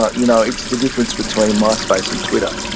ah you know it's the difference between myspace and twitter.